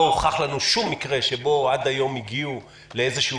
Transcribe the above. לא הוכח לנו שום מקרה שבו עד היום הגיעו לדיון,